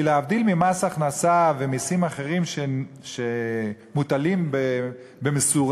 כי להבדיל ממס הכנסה ומסים אחרים, שמוטלים במשורה,